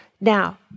Now